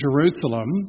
Jerusalem